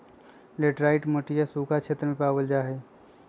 laterite मटिया सूखा क्षेत्र में पावल जाहई